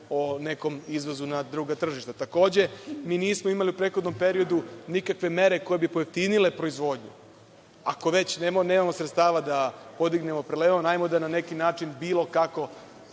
o nekom izvozu na druga tržišta. Takođe, mi nismo imali u prethodnom periodu nikakve mere koje bi pojeftinile proizvodnju. Ako već nemamo sredstava da podignemo prelevman, hajmo na neki način bilo kako